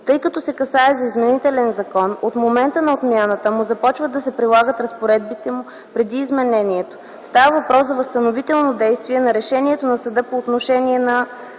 Тъй като се касае за изменителен закон, от момента на отмяната му започват да се прилагат разпоредбите му преди изменението. Става въпрос за възстановителното действие на решението на съда по отношение на